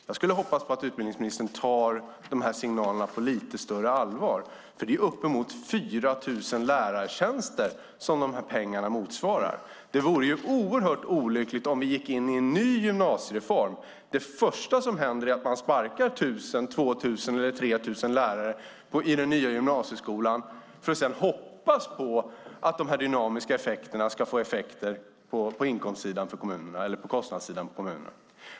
Jag skulle hoppas på att utbildningsministern tar de här signalerna på lite större allvar, för det är uppemot 4 000 lärartjänster som de här pengarna motsvarar. Det vore oerhört olyckligt om vi gick in i en ny gymnasiereform och det första som händer är att man sparkar 1 000, 2 000 eller 3 000 lärare i den nya gymnasieskolan för att sedan hoppas på att de dynamiska effekterna ska ge utslag på inkomstsidan eller kostnadssidan för kommunerna.